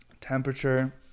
temperature